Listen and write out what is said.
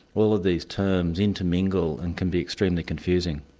all of these terms intermingle and can be extremely confusing.